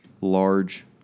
large